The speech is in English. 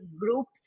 groups